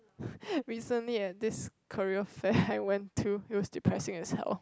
recently at this career fair I went to it was depressing as hell